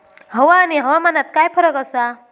हवा आणि हवामानात काय फरक असा?